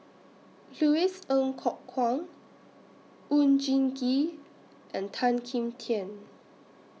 Louis Ng Kok Kwang Oon Jin Gee and Tan Kim Tian